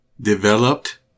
Developed